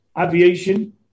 aviation